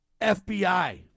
FBI